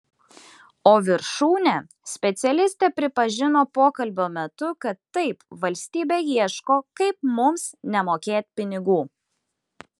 o viršūnė specialistė pripažino pokalbio metu kad taip valstybė ieško kaip mums nemokėt pinigų